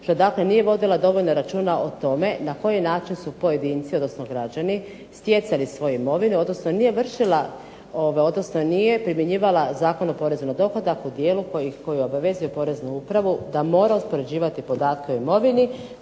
što dakle nije vodila dovoljno računa o tome na koji način su pojedinci, odnosno građani stjecali svoje imovine, odnosno nije vršila, odnosno nije primjenjivala Zakon o porezu na dohodak u dijelu koji obavezuje poreznu upravu da mora uspoređivati podatke o imovini